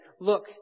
look